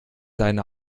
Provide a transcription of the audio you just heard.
seine